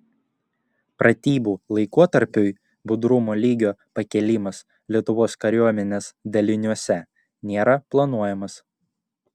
pratybų laikotarpiui budrumo lygio pakėlimas lietuvos kariuomenės daliniuose nėra planuojamas